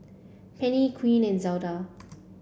Penni Quint and Zelda